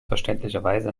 verständlicherweise